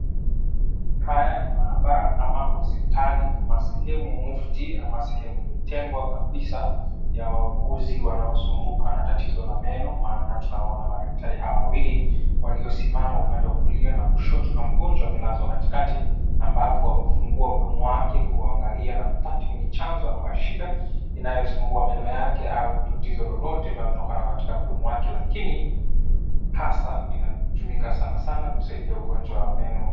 Haya ni maabara ama hospitali ama sehemu mufti ama sehemu iliyotengwa kabisa ya wauguzi wanaosumbuka na tatizo la meno maana tunawaona madaktari hawa wawili waliosimama upande wa kulia na kushoto na mgonjwa amelazwa katikati ambapo ameufungua mdomo wake kuangalia na kutathmini chanzo ama shida inayosumbua meno yake au tatizo lolote linalotokana katika mdomo wake lakini hasa linatumika sana sana kusaidia ugonjwa wa meno.